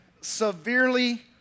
severely